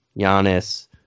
Giannis